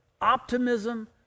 optimism